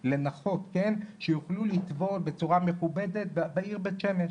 לנכות, שיוכלו לטבול בצורה מכובדת בעיר בית שמש.